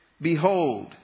Behold